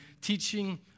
teaching